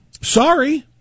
Sorry